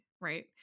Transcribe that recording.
right